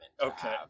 Okay